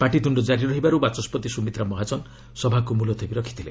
ପାଟିତୁଣ୍ଡ କାରି ରହିବାରୁ ବାଚସ୍କତି ସୁମିତ୍ରା ମହାଜନ ସଭାକୁ ମୁଲତବୀ ରଖିଥିଲେ